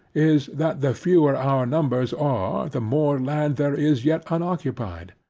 is, that the fewer our numbers are, the more land there is yet unoccupied,